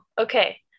Okay